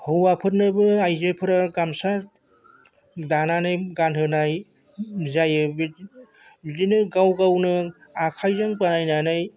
हौवाफोरनोबो आइजोफोरा गामसा दानानै गानहोनाय जायो बिदिनो गाव गावनो आखाइजों बानायनानै